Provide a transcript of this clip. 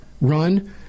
run